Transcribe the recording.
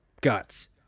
guts